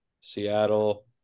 Seattle